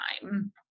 time